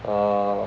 err